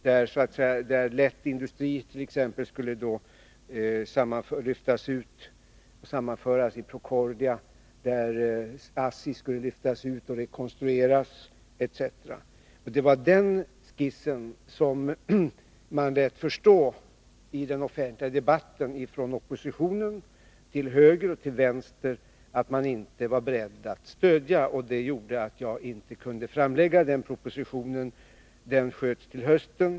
Lätt industri skulle lyftas ut och sammanföras i Procordia, och ASSI skulle lyftas ut och rekonstrueras, etc. Det var den skissen som oppositionen — till höger och till vänster — i den offentliga debatten lät förstå att den inte var beredd att stödja. Detta gjorde att jag inte kunde framlägga propositionen, som i stället sköts fram till hösten.